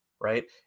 Right